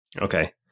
Okay